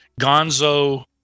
Gonzo